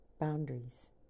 boundaries